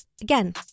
Again